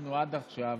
שאמרנו עד עכשיו,